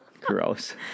Gross